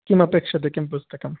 किमपेक्ष्यते किं पुस्तकं